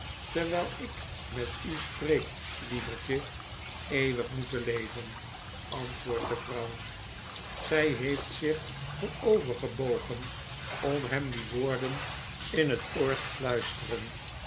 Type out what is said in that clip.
terwyl ik met u spreek lievertje eeuwig moeten leven antwoordt de vrouw zy heeft zich voorover gebogen om hem die woorden in het oor te fluisteren